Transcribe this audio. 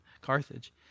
Carthage